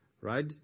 right